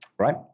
right